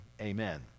amen